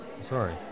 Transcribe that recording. sorry